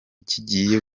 kigiye